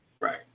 right